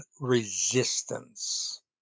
resistance